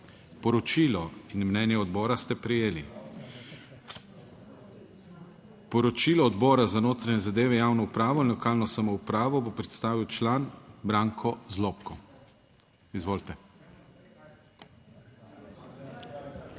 Poročilo in mnenje odbora ste prejeli. Poročilo Odbora za notranje zadeve, javno upravo in lokalno samoupravo bo predstavil član Branko Zlobko. Izvolite.